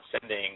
sending